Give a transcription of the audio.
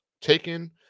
taken